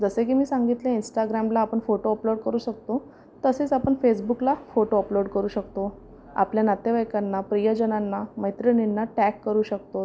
जसे की मी सांगितले इन्स्टाग्रामला आपण फोटो अपलोड करू शकतो तसेच आपण फेसबुकला फोटो अपलोड करू शकतो आपल्या नातेवाईकांना प्रियजनांना मैत्रिणींना टॅग करू शकतो